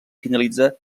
finalitza